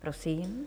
Prosím.